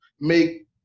make